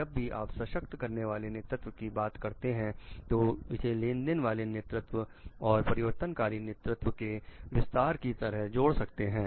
जब भी आप सशक्त करने वाले नेतृत्व की बात करते हैं तो इसे लेनदेन वाले नेतृत्व और परिवर्तनकारी नेतृत्व के विस्तार की तरह जोड़ सकते हैं